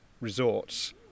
resorts